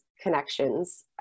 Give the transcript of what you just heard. connections